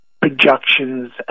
projections